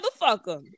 motherfucker